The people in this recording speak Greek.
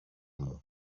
μου